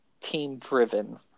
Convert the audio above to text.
team-driven